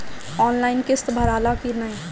Online किस्त भराला कि ना?